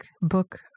book